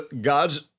God's